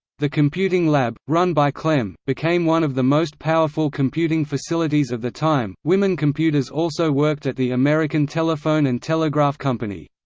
the computing lab, run by clem, became one of the most powerful computing facilities of the time women computers also worked at the american telephone and telegraph company.